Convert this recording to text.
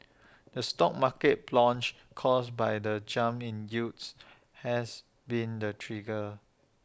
the stock market plunge caused by the jump in yields has been the trigger